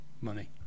money